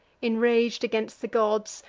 inrag'd against the gods,